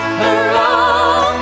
hurrah